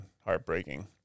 heartbreaking